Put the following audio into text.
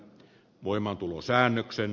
kannatan